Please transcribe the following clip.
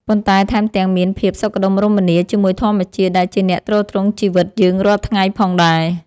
ប៉ុន្តែថែមទាំងមានភាពសុខដុមរមនាជាមួយធម្មជាតិដែលជាអ្នកទ្រទ្រង់ជីវិតយើងរាល់ថ្ងៃផងដែរ។